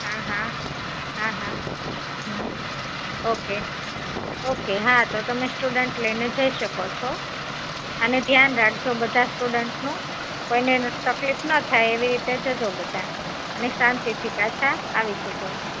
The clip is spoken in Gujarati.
હા હા હા હા હમ ઓકે ઓકે હા તો તમે સ્ટુડન્ટ લઈને જઈ શકો છો અને ધ્યાન રાખજો બધા સ્ટુડન્ટનું કોઈને ન તકલીફ ન થાય એવી રીતે જજો બધાં અને શાંતિથી પાછા આવી જજો